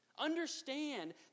understand